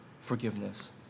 forgiveness